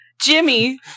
Jimmy